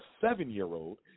seven-year-old